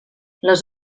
les